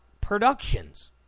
Productions